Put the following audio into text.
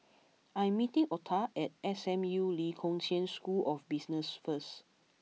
I am meeting Ota at S M U Lee Kong Chian School of Business first